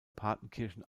partenkirchen